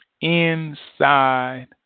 inside